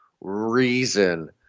reason